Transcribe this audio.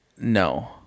No